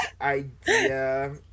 idea